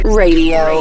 radio